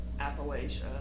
Appalachia